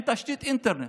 אין תשתית אינטרנט.